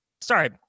Sorry